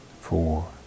four